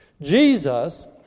Jesus